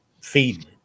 feeding